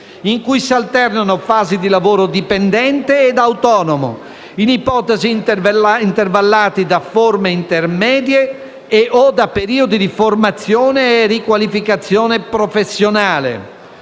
in cui si alternano fasi di lavoro dipendente ed autonomo, in ipotesi intervallati da forme intermedie e/o da periodi di formazione e riqualificazione professionale».